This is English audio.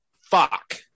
Fuck